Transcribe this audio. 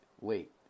wait